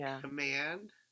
command